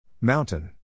Mountain